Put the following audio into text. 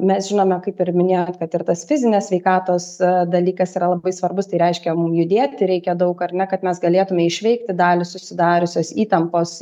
mes žinome kaip ir minėjot kad ir tas fizinės sveikatos dalykas yra labai svarbus tai reiškia mum judėti reikia daug ar ne kad mes galėtume išveikti dalį susidariusios įtampos